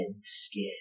skin